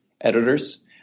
editors